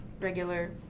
regular